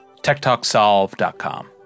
techtalksolve.com